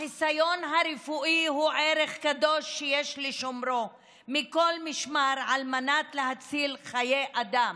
החיסיון הרפואי הוא ערך קדוש שיש לשומרו מכל משמר על מנת להציל חיי אדם.